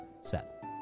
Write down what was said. set